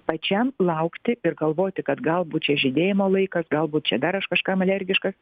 pačiam laukti ir galvoti kad galbūt čia žydėjimo laikas galbūt čia dar aš kažkam alergiškas